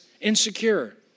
insecure